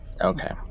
Okay